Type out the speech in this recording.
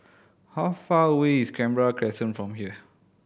how far away is Canberra Crescent from here